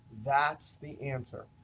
that's the answer.